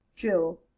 jill.